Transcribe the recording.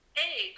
hey